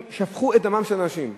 שפכו את דמם של אנשים.